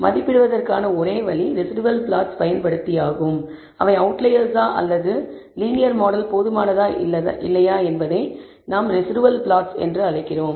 எனவே மதிப்பிடுவதற்கான ஒரு வழி ரெஸிடுவல் ப்ளாட்ஸ் பயன்படுத்தி அவை அவுட்லையெர்ஸ்ஸா அல்லது லீனியர் மாடல் போதுமானதா இல்லையா என்பதை நாம் ரெஸிடுவல் ப்ளாட்ஸ் என்று அழைக்கிறோம்